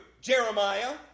Jeremiah